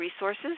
resources